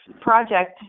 project